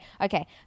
Okay